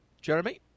Jeremy